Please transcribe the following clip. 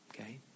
okay